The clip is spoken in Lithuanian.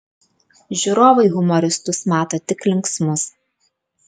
žiūrovai humoristus mato tik linksmus